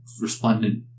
resplendent